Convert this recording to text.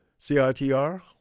CITR